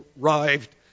arrived